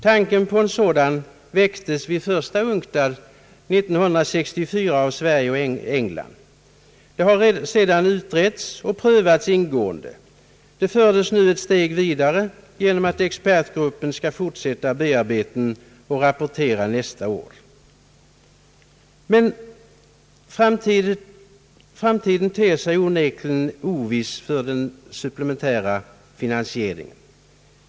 Tanken härpå väcktes vid första UNCTAD 1964 av Sverige och England. Den har sedan utretts och prövats ingående. Den fördes nu ännu ett steg vidare genom att expertgruppen skall forsätta bearbetningen och rapportera nästa år. Men framtiden ter sig onekligen oviss för den supplementära finansieringen.